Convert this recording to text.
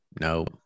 no